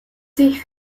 sich